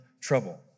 trouble